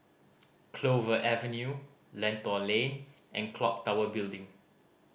Clover Avenue Lentor Lane and Clock Tower Building